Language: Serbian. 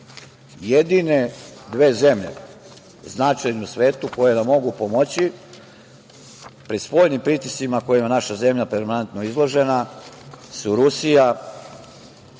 dve zemlje značajne u svetu koje nam mogu pomoći pri spoljnim pritiscima kojima je naša zemlja permanentno izložena su Rusija